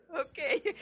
Okay